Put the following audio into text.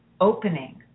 opening